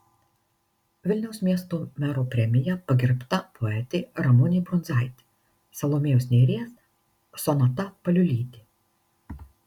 vilniaus miesto mero premija pagerbta poetė ramunė brundzaitė salomėjos nėries sonata paliulytė